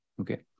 Okay